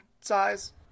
size